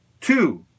two